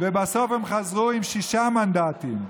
ובסוף הם חזרו עם שישה מנדטים.